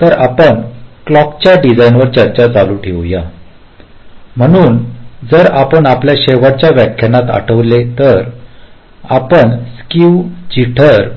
तर आपण क्लॉक च्या डिझाईनवर चर्चा चालू ठेवूया म्हणून जर आपण आपल्या शेवटच्या व्याख्यानात आठवले तर आपण स्केव जिटर